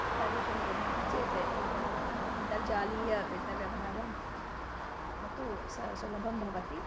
एतादृशं कुर्मः चेत् एत व अन्तर्जालीय वित्तव्यवहारं बहु स सुलबं भवति